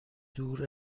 دور